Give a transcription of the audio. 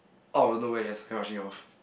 oh no way just kind of rushing off